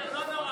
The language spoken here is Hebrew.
בסדר, לא נורא.